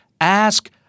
ask